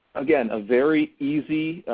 again, a very easy